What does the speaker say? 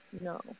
no